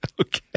Okay